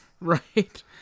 Right